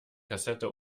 kassette